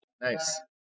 Nice